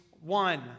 one